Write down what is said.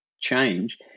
change